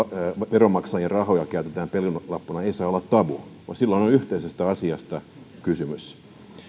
veronmaksajien rahoja käytetään pelinappuloina ei saa olla tabu vaan silloin on yhteisestä asiasta kysymys